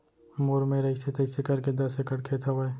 मोर मेर अइसे तइसे करके दस एकड़ खेत हवय